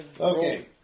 Okay